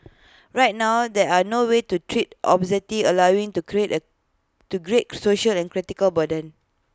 right now there are no way to treat obesity allowing IT to create A to great social and clinical burden